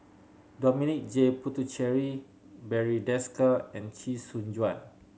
Dominic J Puthucheary Barry Desker and Chee Soon Juan